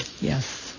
Yes